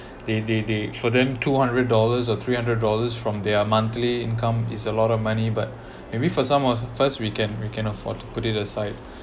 they they they put in two hundred dollars or three hundred dollars from their monthly income is a lot of money but maybe for some was first we can we can afford to put it aside